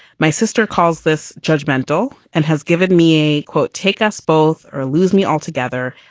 my sister calls this judgmental and has given me a quote, take us both or lose me altogether.